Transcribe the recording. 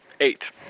eight